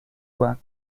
بند